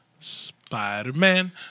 Spider-Man